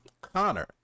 Connor